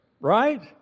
right